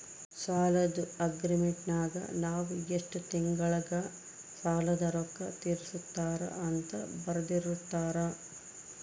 ಸಾಲದ್ದು ಅಗ್ರೀಮೆಂಟಿನಗ ನಾವು ಎಷ್ಟು ತಿಂಗಳಗ ಸಾಲದ ರೊಕ್ಕ ತೀರಿಸುತ್ತಾರ ಅಂತ ಬರೆರ್ದಿರುತ್ತಾರ